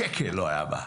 שקל לא היה בה.